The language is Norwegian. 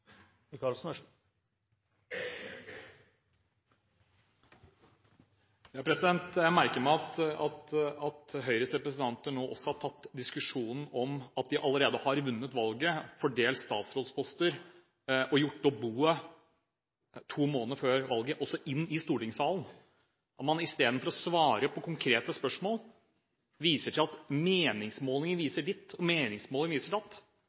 om de allerede har vunnet valget, fordelt statsrådsposter og gjort opp boet to måneder før valget, også inn i stortingssalen – og istedenfor å svare på konkrete spørsmål, viser man til at meningsmålinger viser ditt, og meningsmålinger viser datt.